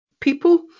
people